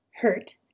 Hurt